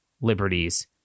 liberties